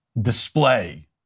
display